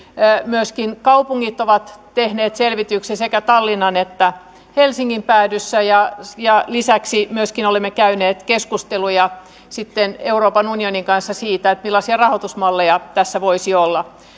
myöskin kaupungit ovat tehneet selvityksiä sekä tallinnan että helsingin päädyssä ja ja lisäksi myöskin olemme käyneet keskusteluja euroopan unionin kanssa siitä millaisia rahoitusmalleja tässä voisi olla